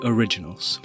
Originals